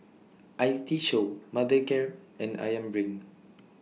I T Show Mothercare and Ayam Brand